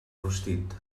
rostit